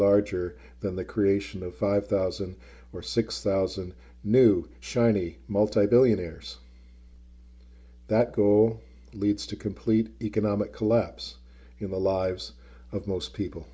larger than the creation of five thousand or six thousand new shiny multi billionaires that goal leads to complete economic collapse in the lives of most people